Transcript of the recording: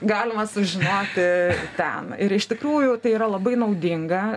galima sužinoti ten ir iš tikrųjų tai yra labai naudinga